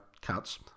cats